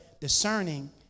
discerning